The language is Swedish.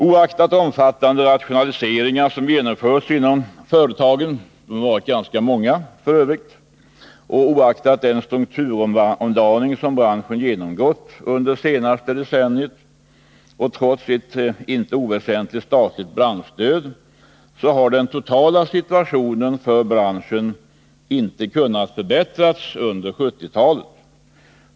Trots omfattande rationaliseringar som genomförts inom företagen — de harf. ö. varit ganska många — och trots den strukturomdaning som branschen genomgått under det senaste decenniet samt ett inte oväsentligt statligt branschstöd har den totala situationen för branschen inte kunnat förbättras under 1970-talet.